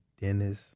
Dennis